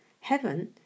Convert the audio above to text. Heaven